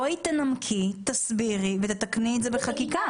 בואי תנמקי, תסבירי ותתקני את זה בחקיקה.